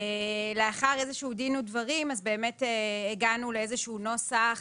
לאחר איזשהו דיון ודברים אז באמת הגענו לאיזשהו נוסח